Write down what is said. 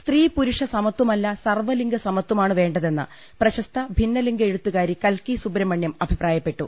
സ്ത്രീ പുരുഷ സമത്വമല്ല സർവ്വ ലിംഗ സമത്വമാണ് വേണ്ട തെന്ന് പ്രശസ്ത ഭിന്നലിംഗ എഴുത്തുകാരി കൽക്കി സുബ്രഹ്മണ്യം അഭിപ്രായപ്പെട്ടു